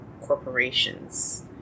corporations